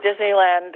Disneyland